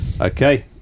Okay